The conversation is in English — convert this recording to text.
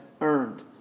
earned